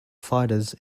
fighters